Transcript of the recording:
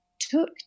took